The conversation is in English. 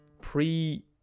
pre-